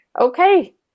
Okay